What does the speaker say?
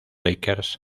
lakers